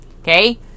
Okay